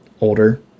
older